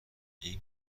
این